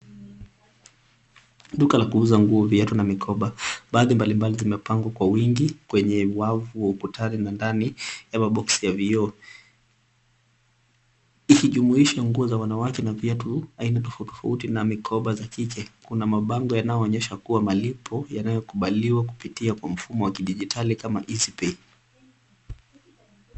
Duka la kuuza nguo, viatu na mikoba. Baadhi mbalimbali zimepangwa kwa wingi kwenye wavu wa ukutani na ndani ya maboksi ya vioo. Ikijuimusiha nguo za wanawake na viatu aina tofautitofauti na mikoba za kike. Kuna mabango yanaonyesha kuwa malipo yanayokubaliwa kupitia kwa mfumo wa kidijitali kama Easypay.